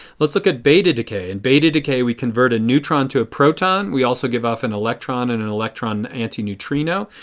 let's look at beta decay. and beta decay we converted a neutron to a proton. we also give off an electron and an electron antineutrino.